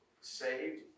saved